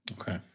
Okay